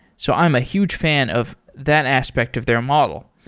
so i'm a huge fan of that aspect of their model.